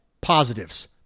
positives